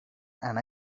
and